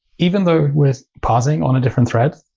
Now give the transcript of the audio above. even though we're parsing on a different thread,